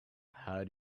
how